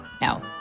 Now